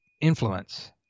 influence